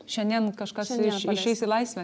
šiandien kažkas iš išeis į laisvę